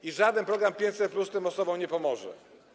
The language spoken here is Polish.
I żaden program 500+ tym osobom nie pomoże.